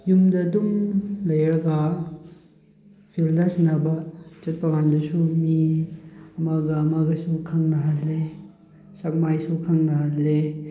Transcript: ꯌꯨꯝꯗ ꯑꯗꯨꯝ ꯂꯩꯔꯒ ꯐꯤꯜꯗ ꯁꯥꯟꯅꯕ ꯆꯠꯄꯀꯥꯟꯗꯁꯨ ꯃꯤ ꯑꯃꯒ ꯑꯃꯒ ꯁꯨꯝ ꯈꯪꯅꯍꯜꯂꯤ ꯁꯛ ꯃꯥꯏꯁꯨ ꯈꯪꯅꯍꯜꯂꯦ